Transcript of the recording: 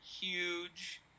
Huge